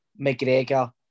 McGregor